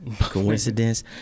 coincidence